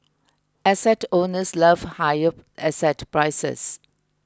asset owners love higher asset prices